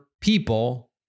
people